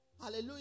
Hallelujah